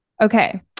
Okay